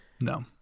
No